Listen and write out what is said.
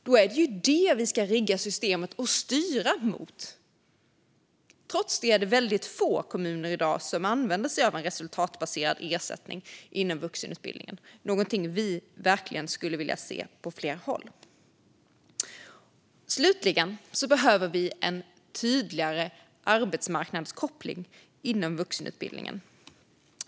Då är det ju det vi ska rigga systemet för och styra mot. Trots detta är det väldigt få kommuner i dag som använder sig av en resultatbaserad ersättning inom vuxenutbildningen, någonting vi verkligen skulle vilja se på fler håll. Slutligen behöver vi en tydligare arbetsmarknadskoppling inom vuxenutbildningen.